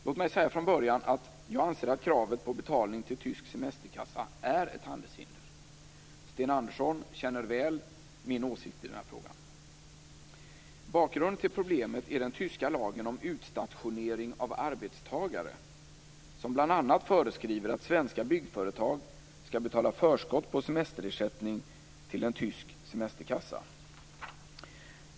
Låt mig säga från början att jag anser att kravet på betalning till tysk semesterkassa är ett handelshinder. Sten Andersson känner väl min åsikt i frågan. Bakgrunden till problemet är den tyska lagen om utstationering av arbetstagare, som bl.a. föreskriver att svenska byggföretag skall betala förskott på semesterersättning till en tysk semesterkassa.